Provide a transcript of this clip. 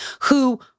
who-